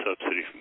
subsidy